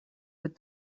with